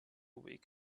week